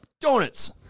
Donuts